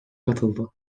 katıldı